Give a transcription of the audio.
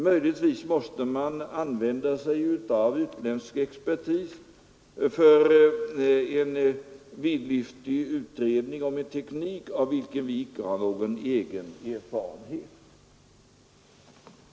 Eventuellt måste utländsk expertis anlitas för en vidlyftig undersökning med en teknik av vilken vi icke har någon egen erfarenhet.